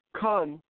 come